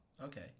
Okay